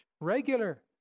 regular